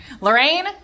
Lorraine